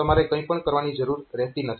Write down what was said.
તો તમારે કંઈ પણ કરવાની જરૂર રહેતી નથી